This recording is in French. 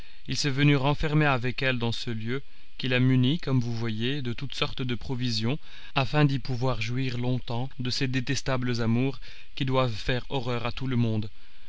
il s'est venu renfermer avec elle dans ce lieu qu'il a muni comme vous voyez de toutes sortes de provisions afin d'y pouvoir jouir longtemps de ses détestables amours qui doivent faire horreur à tout le monde